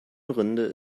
rinde